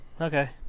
Okay